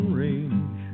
range